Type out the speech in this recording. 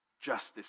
justice